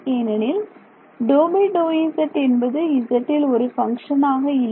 ஏனெனில் ∂∂z என்பது zல் ஒரு ஃபங்ஷன் ஆக இல்லை